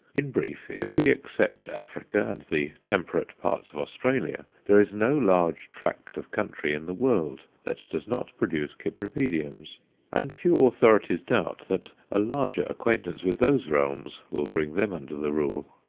in brief, if we except africa and the temperate parts of australia, there is no large tract of country in the world that does not produce cypripediums and few authorities doubt that a larger acquaintance with those realms will bring them under the rule.